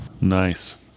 Nice